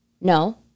no